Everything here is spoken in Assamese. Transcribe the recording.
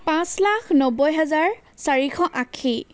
পাঁচ লাখ নব্বৈ হাজাৰ চাৰিশ আশী